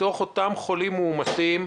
מתוך אותם חולים מאומתים,